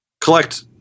collect